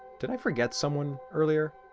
did i forget someone earlier?